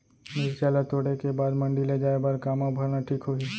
मिरचा ला तोड़े के बाद मंडी ले जाए बर का मा भरना ठीक होही?